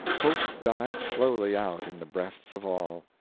hope died slowly out in the breasts of all.